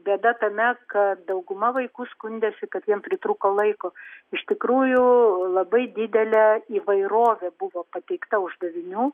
bėda tame kad dauguma vaikų skundėsi kad jiem pritrūko laiko iš tikrųjų labai didelė įvairovė buvo pateikta uždavinių